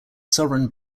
sovereign